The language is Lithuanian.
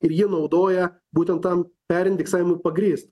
ir jį naudoja būtent tam perindeksavimui pagrįst